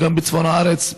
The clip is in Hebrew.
וגם בצפון הארץ,